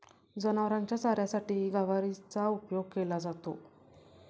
जनावरांच्या चाऱ्यासाठीही गवारीचा उपयोग केला जातो